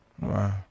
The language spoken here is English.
Wow